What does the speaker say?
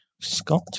Scott